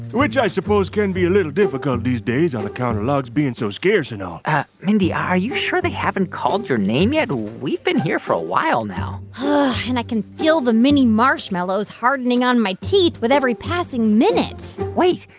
which i suppose can be a little difficult these days on account of logs being so scarce and all mindy, are you sure they haven't called your name yet? we've been here for a while now but and i can feel the mini marshmallows hardening on my teeth with every passing minute wait.